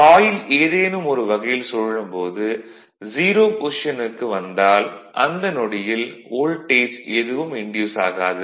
coil ஏதேனும் ஒரு வகையில் சுழலும் போது 0 பொஷிசனுக்கு வந்தால் அந்த நொடியில் வோல்டேஜ் எதுவும் இன்டியூஸ் ஆகாது